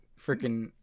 freaking